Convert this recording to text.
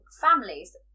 families